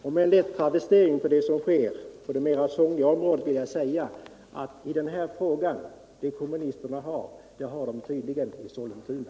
Med en lätt travestering av ett uttryck från ett annat område vill jag säga att det kommunisterna har i den här frågan, det har de tydligen i Sollentuna.